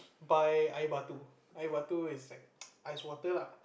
buy I want to I want to is like ice water lah